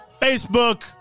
Facebook